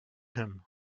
him